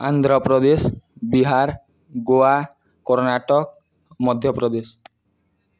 Andhra Pradesh Bihar Goa Karnataka Madhya Pradesh